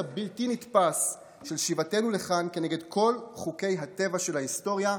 הבלתי-נתפס של שיבתנו לכאן כנגד כל חוקי הטבע של ההיסטוריה,